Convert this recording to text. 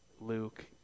Luke